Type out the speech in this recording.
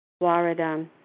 Florida